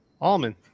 Almond